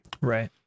Right